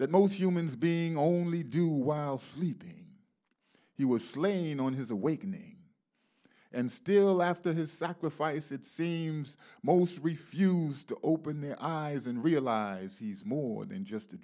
that most humans being only do while sleeping he was laying on his awakening and still after his sacrifice it seems most refused to open their eyes and realize he is more than just a